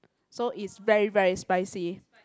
so is very very spicy